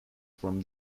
from